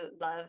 love